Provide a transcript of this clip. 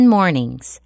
Mornings